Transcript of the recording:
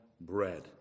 bread